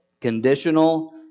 Conditional